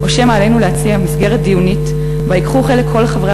או שמא עלינו להציע מסגרת דיונית שבה ייקחו חלק כל חברי